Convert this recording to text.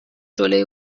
جلوی